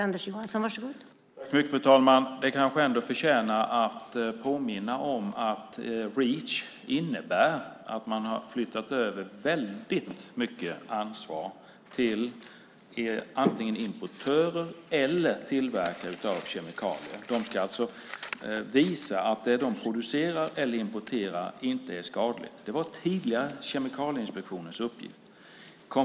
Fru talman! Jag kanske ska påminna om att Reach innebär att man har flyttat över väldigt mycket ansvar till importörer och tillverkare av kemikalier. De ska alltså visa att det de producerar eller importerar inte är skadligt. Det var tidigare Kemikalieinspektionens uppgift.